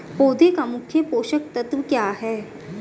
पौधे का मुख्य पोषक तत्व क्या हैं?